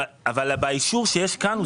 אבל באישור שיש כאן,